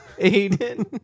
Aiden